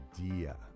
idea